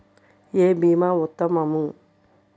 ఏ భీమా ఉత్తమము?